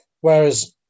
whereas